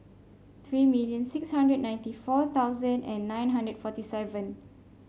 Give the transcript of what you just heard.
three million six hundred ninety four thousand and nine hundred forty seven